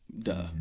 duh